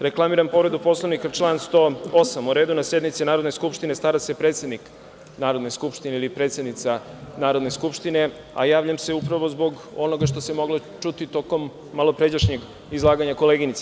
Reklamiram povredu Poslovnika član 108, o redu na sednici Narodne skupštine stara se predsednik Narodne skupštine ili predsednica Narodne skupštine, a javljam se upravo zbog onoga što se moglo čuti tokom malopređašnjeg izlaganja koleginice.